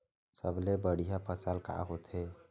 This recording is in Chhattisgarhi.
सबले बढ़िया फसल का होथे?